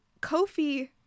Kofi